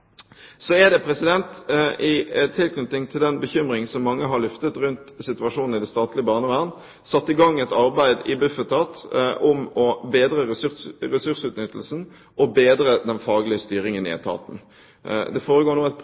Så er det, i tilknytning til den bekymringen som mange har luftet rundt situasjonen i det statlige barnevernet, satt i gang et arbeid i Bufetat om å bedre ressursutnyttelsen og bedre den faglige styringen i etaten. Det er nå i gang et